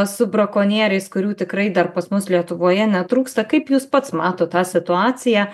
su brakonieriais kurių tikrai dar pas mus lietuvoje netrūksta kaip jūs pats matot tą situaciją